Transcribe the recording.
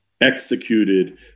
executed